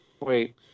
wait